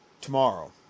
Tomorrow